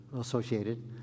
associated